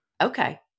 Okay